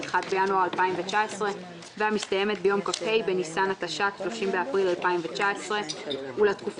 שבה נמצאים גם נציג האופוזיציה וגם נציג